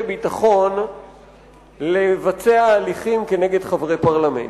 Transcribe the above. ביטחון ליזום הליכים כנגד חברי פרלמנט.